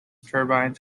turbines